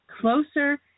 closer